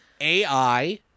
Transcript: AI